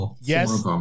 yes